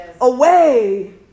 away